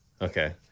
Okay